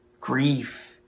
grief